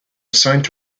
assigned